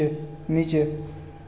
नीचे